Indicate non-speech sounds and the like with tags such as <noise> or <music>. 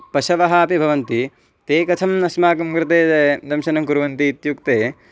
पशवः अपि भवन्ति ते कथम् अस्माकं कृते <unintelligible> दंशनं कुर्वन्ति इत्युक्ते